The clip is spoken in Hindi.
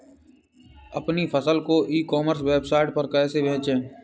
अपनी फसल को ई कॉमर्स वेबसाइट पर कैसे बेचें?